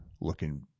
looking